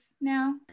now